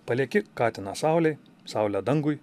palieki katiną saulėj saulę dangui